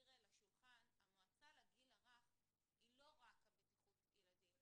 המועצה לגיל הרך היא לא רק בטיחות ילדים,